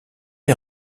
est